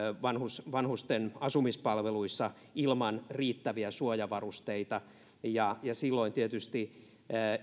vanhusten vanhusten asumispalveluissa ilman riittäviä suojavarusteita silloin tietysti